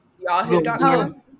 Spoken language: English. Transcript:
Yahoo.com